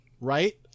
right